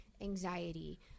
anxiety